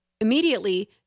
Immediately